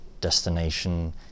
destination